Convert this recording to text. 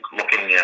looking